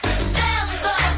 Remember